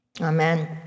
Amen